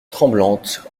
tremblante